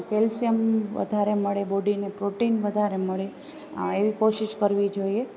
calcium વધારે મળે બોડીને પ્રોટીન વધારે મળે એવી કોશિશ કરવી જોઈએ